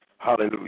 Hallelujah